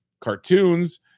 cartoons